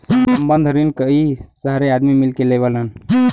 संबंद्ध रिन कई सारे आदमी मिल के लेवलन